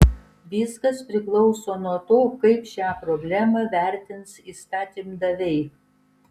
viskas priklauso nuo to kaip šią problemą vertins įstatymdaviai